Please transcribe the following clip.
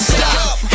Stop